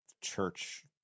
church